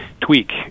tweak